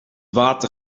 water